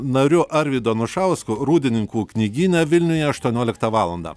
nariu arvydu anušausku rūdininkų knygyną vilniuje aštuonioliktą valandą